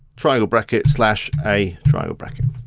triangle bracket, slash a, triangle bracket.